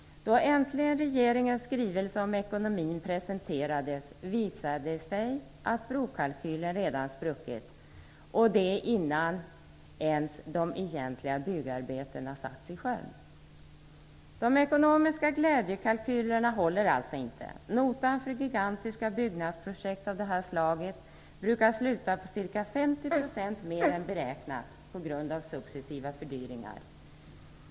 Då äntligen regeringens skrivelse om ekonomin presenterades visade det sig att brokalkylen redan spruckit, och det innan ens de egentliga byggarbetena satts i sjön! De ekonomiska glädjekalkylerna håller alltså inte. Notan för gigantiska byggnadsprojekt av det här slaget brukar sluta på ca 50 % mer än beräknat på grund av successiva fördyringar.